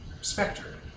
Spectre